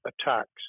attacks